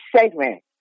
segment